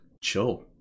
chill